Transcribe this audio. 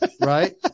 Right